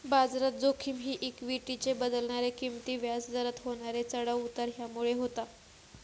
बाजारात जोखिम ही इक्वीटीचे बदलणारे किंमती, व्याज दरात होणारे चढाव उतार ह्यामुळे होता